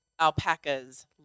Alpacas